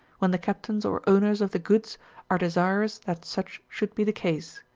when the captains or owners of the goods are desirous that such should be the case.